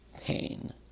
pain